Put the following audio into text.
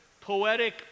poetic